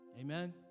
Amen